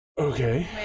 Okay